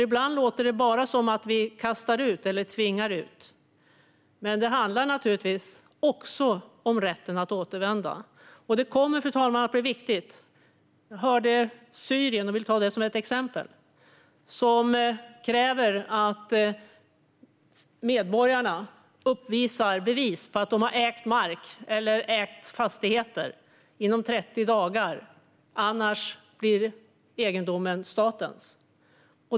Ibland låter det bara som att vi kastar ut eller tvingar ut, men det handlar naturligtvis också om rätten att återvända. Fru talman! Låt oss ta Syrien som ett exempel. Landet kräver att medborgarna uppvisar bevis på att de har ägt mark eller fastigheter inom 30 dagar, annars blir egendomen statens.